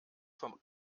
vom